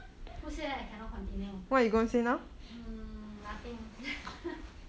who say I cannot continue um nothing ha ha